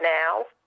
now